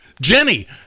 Jenny